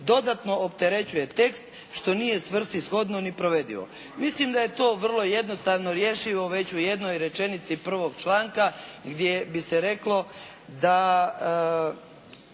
dodatno opterećuje tekst što nije svrsishodno ni provedivo. Mislim da je to vrlo jednostavno rješivo već u jednoj rečenici prvog članka gdje bi se reklo da